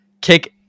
Kick